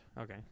Okay